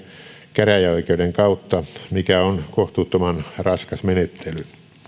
käräjäoikeuden kautta mikä on kohtuuttoman raskas menettely